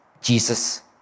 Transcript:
Jesus